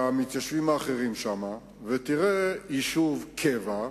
ולמתיישבים האחרים שם ותראה יישוב קבע,